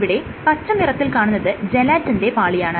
ഇവിടെ പച്ചനിറത്തിൽ കാണുന്നത് ജലാറ്റിന്റെ പാളിയാണ്